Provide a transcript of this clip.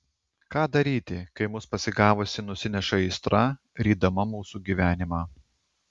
ką daryti kai mus pasigavusi nusineša aistra rydama mūsų gyvenimą